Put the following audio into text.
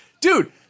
Dude